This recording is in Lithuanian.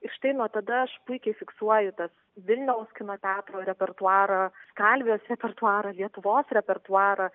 ir štai nuo tada aš puikiai fiksuoju tas vilniaus kino teatro repertuarą kalvės repertuarą lietuvos repertuarą